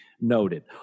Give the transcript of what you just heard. noted